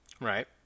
Right